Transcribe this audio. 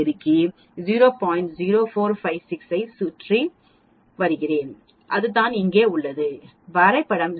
0456 ஐ சுற்றி வருகிறேன் அதுதான் இங்கே உள்ளது வரைபடம் 0